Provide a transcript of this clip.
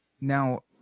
Now